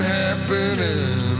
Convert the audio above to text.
happening